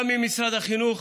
גם אם משרד החינוך